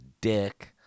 dick